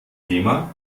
thema